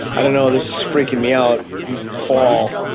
i don't know. this is freaking me out you fall,